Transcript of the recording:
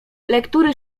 lektury